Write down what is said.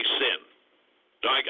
sin